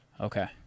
Okay